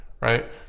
right